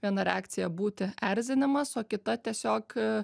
viena reakcija būti erzinimas o kita tiesiog